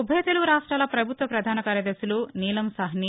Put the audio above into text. ఉభయ తెలుగు రాష్ట్రాల ప్రభుత్వ ప్రధాన కార్యదర్శులు నీలం సాహ్ని